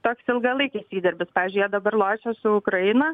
toks ilgalaikis įdirbis pavyzdžiui jie dabar lošia su ukraina